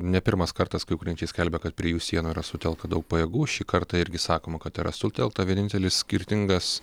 ne pirmas kartas kai ukrainiečiai skelbia kad prie jų sienų yra sutelkta daug pajėgų šį kartą irgi sakoma kad yra sutelkta vienintelis skirtingas